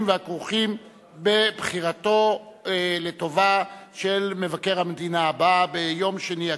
והכרוכים בבחירתו לטובה של מבקר המדינה הבא ביום שני הקרוב.